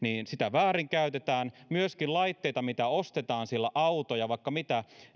väärinkäytetään myöskin laitteita mitä ostetaan siellä autoja vaikka mitä